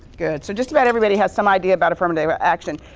good, so just about everybody has some idea about affirmative action.